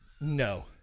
No